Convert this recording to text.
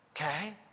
okay